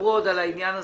תדברו על העניין הזה.